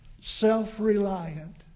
self-reliant